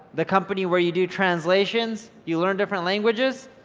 the company where you do translations? you learn different languages?